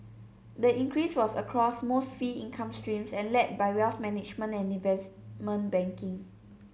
the increase was across most fee income streams and led by wealth management and investment banking